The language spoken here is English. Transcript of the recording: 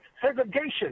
segregation